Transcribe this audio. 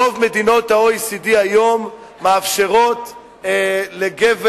רוב מדינות ה-OECD היום מאפשרות לגבר